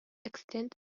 extend